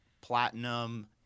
platinum